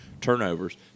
turnovers